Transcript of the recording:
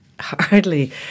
hardly